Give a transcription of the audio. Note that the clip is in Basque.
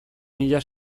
mila